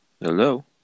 Hello